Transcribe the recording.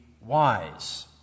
wise